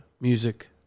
music